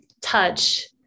touch